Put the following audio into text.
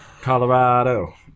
Colorado